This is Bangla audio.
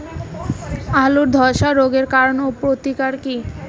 আলুর ধসা রোগের কারণ ও প্রতিকার কি?